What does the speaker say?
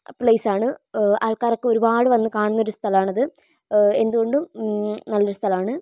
place ആണ് ആൾക്കാരൊക്കെ ഒരുപാട് വന്നുകാണുന്നൊരു സ്ഥലമാണത് എന്തുകൊണ്ടും നല്ലൊരു സ്ഥലമാണ്